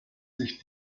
sich